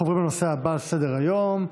אנחנו עוברים לנושא הבא שעל סדר-היום,